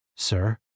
Sir